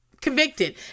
convicted